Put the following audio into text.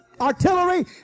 artillery